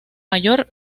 mayor